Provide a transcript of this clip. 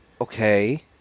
Okay